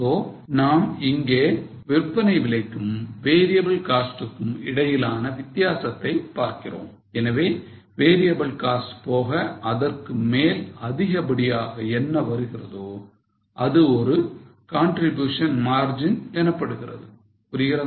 So நாம் இங்கே விற்பனை விலைக்கும் variable cost க்கும் இடையிலான வித்தியாசத்தை பார்க்கிறோம் எனவே variable cost போக அதற்குமேல் அதிகப்படியாக என்ன வருகிறதோ அது ஒரு contribution margin எனப்படுகிறது புரிகிறதா